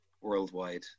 worldwide